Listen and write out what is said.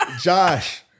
Josh